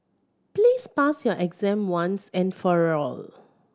please pass your exam once and for all